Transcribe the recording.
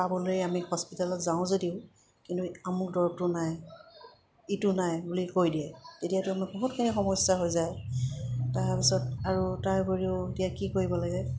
পাবলৈ আমি হস্পিটেলত যাওঁ যদিও কিন্তু আমুক দৰবটো নাই ইটো নাই বুলি কৈ দিয়ে তেতিয়াতো আমাৰ বহুতখিনি সমস্যা হৈ যায় তাৰপিছত আৰু তাৰ উপৰিও এতিয়া কি কৰিব লাগে